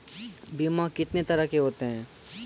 बीमा कितने तरह के होते हैं?